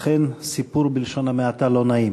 אכן סיפור, בלשון המעטה, לא נעים.